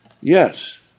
Yes